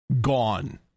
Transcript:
gone